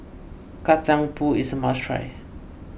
Kacang Pool is a must try